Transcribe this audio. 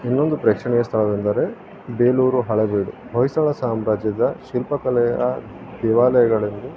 ಇನ್ನೊಂದು ಪ್ರೇಕ್ಷಣೀಯ ಸ್ಥಳವೆಂದರೆ ಬೇಲೂರು ಹಳೇಬೀಡು ಹೊಯ್ಸಳ ಸಾಮ್ರಾಜ್ಯದ ಶಿಲ್ಪಕಲೆಯ ದೇವಾಲಯಗಳೆಂದು